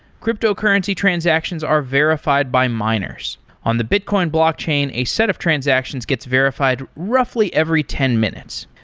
cryptocurrency transactions are verified by miners. on the bitcoin blockchain, a set of transactions gets verified roughly every ten minutes.